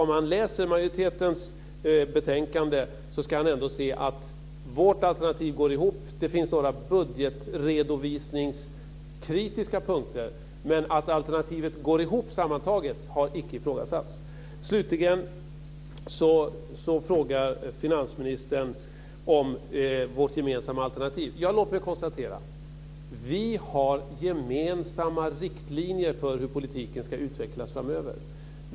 Om han läser majoritetens betänkande ska han se att vårt alternativ går ihop. Det finns några budgetredovisningskritiska punkter, men att alternativet går ihop sammantaget har inte ifrågasatts. Slutligen frågar finansministern om vårt gemensamma alternativ. Låt mig konstatera att vi har gemensamma riktlinjer för hur politiken ska utvecklas framöver.